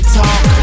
talk